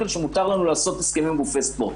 שמותר לנו לעשות הסכמים עם גופי ספורט,